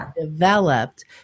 developed